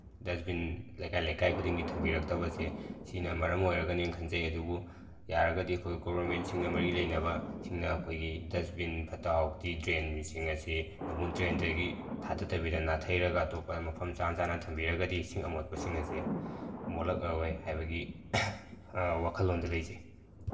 ꯗꯁꯕꯤꯟ ꯂꯩꯀꯥꯏ ꯂꯩꯀꯥꯏ ꯈꯨꯗꯤꯡꯒꯤ ꯊꯝꯕꯤꯔꯛꯇꯕꯁꯦ ꯁꯤꯅ ꯃꯔꯝ ꯑꯣꯏꯔꯒꯅꯤ ꯈꯟꯖꯩ ꯑꯗꯨꯕꯨ ꯌꯥꯔꯒꯗꯤ ꯑꯩꯈꯣꯏ ꯒꯣꯕꯔꯃꯦꯟꯁꯤꯡꯅ ꯃꯔꯤ ꯂꯩꯅꯕꯁꯤꯡꯅ ꯑꯩꯈꯣꯏꯒꯤ ꯗꯁꯕꯤꯟ ꯐꯠꯇ ꯍꯥꯎꯗꯤ ꯗ꯭ꯔꯦꯟꯒꯤꯁꯤꯡ ꯑꯁꯤ ꯅꯝꯕꯨꯜ ꯇꯨꯔꯦꯟꯗꯒꯤ ꯊꯥꯗꯗꯕꯤꯗ ꯅꯥꯊꯩꯔꯒ ꯑꯇꯣꯞꯄ ꯃꯐꯝ ꯆꯥ ꯆꯥꯅ ꯊꯝꯕꯤꯔꯒꯗꯤ ꯏꯁꯤꯡ ꯑꯃꯣꯠꯄꯁꯤꯡ ꯑꯁꯤ ꯃꯣꯠꯂꯛꯑꯣꯏ ꯍꯥꯏꯕꯒꯤ ꯋꯥꯈꯜꯂꯣꯟꯗ ꯂꯩꯖꯩ